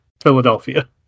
Philadelphia